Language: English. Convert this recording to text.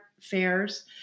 fairs